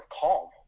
calm